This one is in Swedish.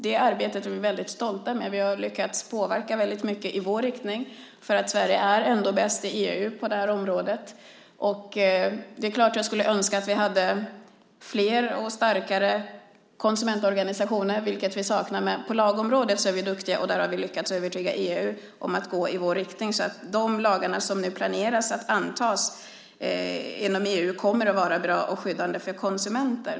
Det arbetet är vi stolta över, och vi har lyckats påverka mycket i vår riktning, för Sverige är ändå bäst i EU på detta område. Jag skulle önska att vi hade flera och starkare konsumentorganisationer, vilket vi saknar, men på lagområdet är vi duktiga. Där har vi lyckats övertyga EU att gå i vår riktning, så att de lagar som man nu planerar att anta inom EU kommer att vara bra och skyddande för konsumenter.